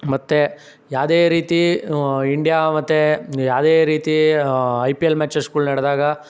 ಮತ್ತು ಯಾವ್ದೇ ರೀತಿ ಇಂಡ್ಯಾ ಮತ್ತು ಯಾವ್ದೇ ರೀತಿ ಐ ಪಿ ಎಲ್ ಮ್ಯಾಚಸ್ಗುಳು ನೆಡೆದಾಗ